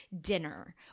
dinner